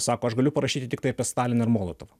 sako aš galiu parašyti tiktai apie staliną molotovą